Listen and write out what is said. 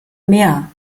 mehr